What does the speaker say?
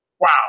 wow